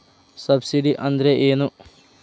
Subsidy ಅಂದ್ರೆ ಏನು?